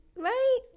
Right